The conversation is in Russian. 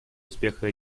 успеха